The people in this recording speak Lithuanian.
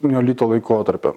neolito laikotarpio